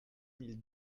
mille